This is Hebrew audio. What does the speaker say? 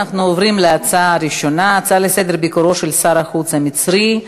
אנחנו עוברים להצעה הראשונה: ביקורו של שר החוץ המצרי,